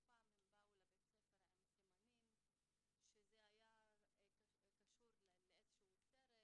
פעם הם באו לבית הספר עם סימנים שזה היה קשור לאיזשהו סרט,